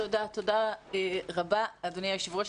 תודה רבה, אדוני היושב-ראש.